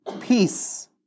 Peace